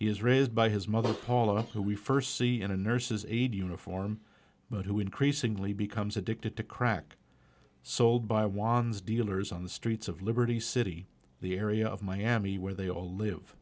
is raised by his mother paula who we first see in a nurse's aide uniform but who increasingly becomes addicted to crack sold by juan's dealers on the streets of liberty city the area of miami where they all live